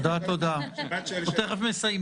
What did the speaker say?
תודה חברת הכנסת סילמן, אנחנו תכף מסיימים.